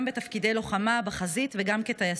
גם בתפקידי לוחמה בחזית וגם כטייסות.